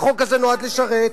מה החוק נועד לשרת?